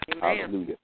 Hallelujah